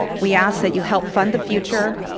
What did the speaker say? we ask that you help fund the future,